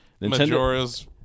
Majora's